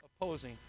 Opposing